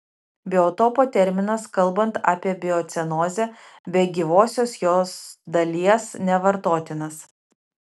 biotopo terminas kalbant apie biocenozę be gyvosios jos dalies nevartotinas